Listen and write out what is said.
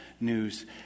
news